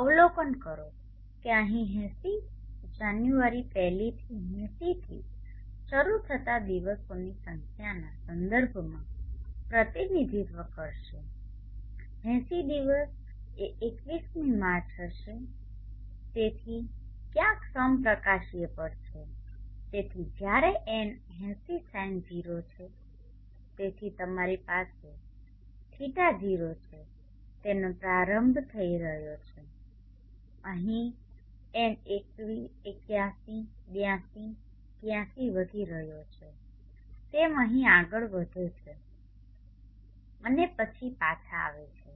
અવલોકન કરો કે અહીં 80 જાન્યુઆરી 1 લી 80 થી શરૂ થતા દિવસોની સંખ્યાના સંદર્ભમાં પ્રતિનિધિત્વ કરશે 80 દિવસ એ 21મી માર્ચ હશે તેથી ક્યાંક સમપ્રકાશીય પર છે તેથી જ્યારે એન 80 સાઇન 0 છે તેથી તમારી પાસે જેથી δ 0 છે તેનો પ્રારંભ થઈ રહ્યો છે અહીં એન 81 82 83 વધી રહ્યો છે તેમ અહીં આગળ વધે છે અને પછી પાછા આવે છે